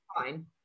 fine